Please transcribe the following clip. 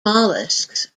mollusks